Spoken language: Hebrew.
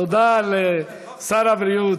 תודה לשר הבריאות,